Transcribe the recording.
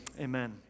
amen